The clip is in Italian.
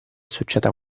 succeda